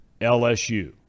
LSU